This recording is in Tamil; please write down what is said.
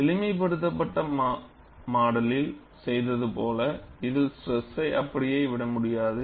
எளிமைப்படுத்தப்பட்ட மாடலில் செய்தது போல் இதில் ஸ்ட்ரெஸ்சை அப்படியே விட முடியாது